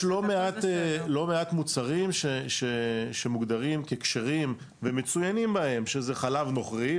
יש לא מעט מוצרים שמוגדרים ככשרים ומצוין בהם שזה חלב נוכרי,